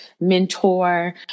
mentor